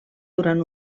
durant